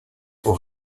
aux